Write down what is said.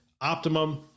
Optimum